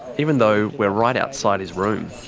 even though we're right outside his room.